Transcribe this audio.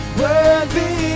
worthy